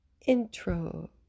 intro